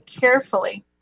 carefully